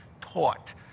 taught